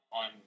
on